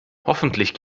hoffentlich